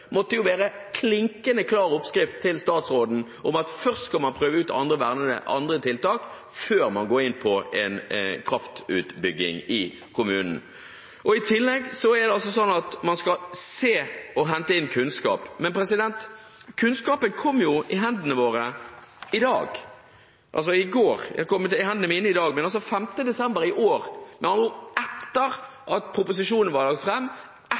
være en klinkende klar oppskrift til statsråden om at man først skal prøve ut andre tiltak før man går inn på en kraftutbygging i kommunen. I tillegg er det altså sånn at man skal hente inn kunnskap. Men kunnskapen kom jo i hendene våre i dag – altså, den kom i mine hender i dag, men den kom den 5. desember i år, med andre ord etter at proposisjonen var lagt